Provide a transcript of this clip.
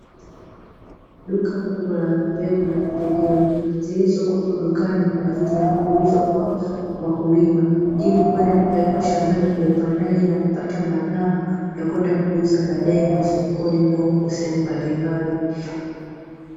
Duka kubwa la mbegu za pembejeo zilizokuwepo dukani kwa ajili ya kuuzwa kwa wakulima, ili kwenda kupelekwa shambani kwa upandaji na kupata mazao ya kwenda kuuza baadaye masokoni na huko sehemu mbalimbali.